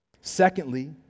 Secondly